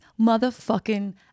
motherfucking